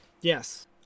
Yes